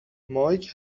مایک